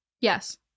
Yes